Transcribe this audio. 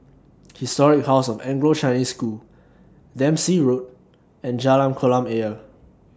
Historic House of Anglo Chinese School Dempsey Road and Jalan Kolam Ayer